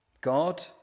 God